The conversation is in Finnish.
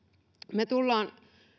me tulemme